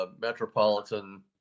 metropolitan